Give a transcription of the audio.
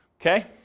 okay